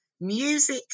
music